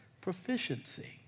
proficiency